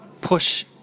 push